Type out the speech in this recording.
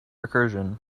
recursion